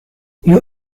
you